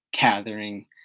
gathering